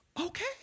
okay